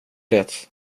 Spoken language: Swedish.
det